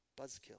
buzzkill